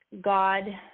God